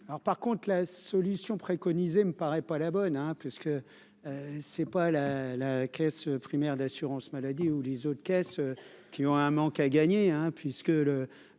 par contre, la solution préconisée me paraît pas la bonne hein, puisque c'est pas la la Caisse primaire d'assurance maladie ou les autres caisses qui ont un manque à gagner, hein, puisque le